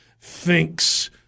thinks